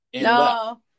No